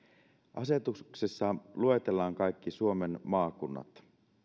asetuksessa luetellaan kaikki suomen maakunnat